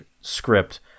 script